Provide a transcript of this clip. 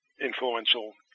influential